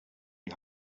die